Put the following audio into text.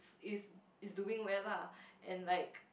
is is doing well lah and like